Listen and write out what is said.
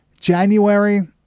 January